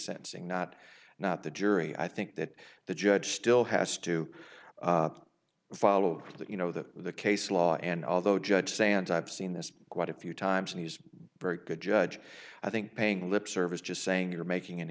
sensing not not the jury i think that the judge still has to follow that you know that the case law and although judge sand type seen this quite a few times and he's very good judge i think paying lip service just saying you're making an